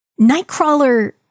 Nightcrawler